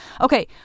Okay